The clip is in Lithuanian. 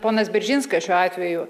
ponas beržinskas šiuo atveju